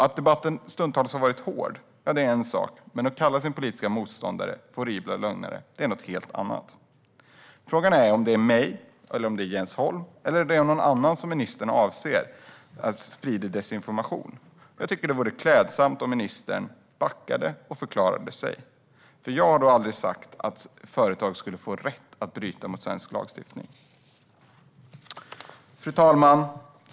Att debatten stundtals har varit hård är en sak, men att kalla sina motståndare horribla lögnare är något helt annat. Frågan är om det är jag, Jens Holm eller någon annan som ministern menar sprider desinformation. Jag tycker att det vore klädsamt om ministern backade och förklarade sig, för jag har då aldrig sagt att företag skulle få rätt att bryta mot svensk lagstiftning. Fru talman!